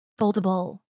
foldable